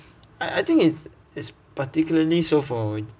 I I think it's it's particularly so for